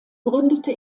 gründete